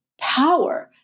power